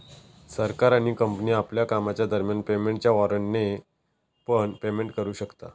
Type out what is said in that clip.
सरकार आणि कंपनी आपल्या कामाच्या दरम्यान पेमेंटच्या वॉरेंटने पण पेमेंट करू शकता